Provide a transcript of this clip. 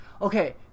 Okay